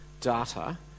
data